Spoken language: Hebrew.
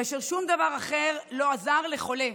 כאשר שום דבר אחר לא עזר לחולה.